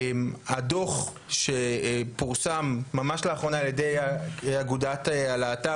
הדוח שפורסם ממש לאחרונה על ידי אגודת הלהט"ב,